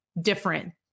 different